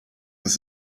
with